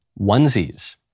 onesies